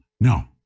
No